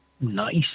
nice